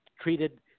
treated